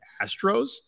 Astros